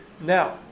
Now